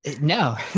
No